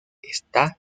está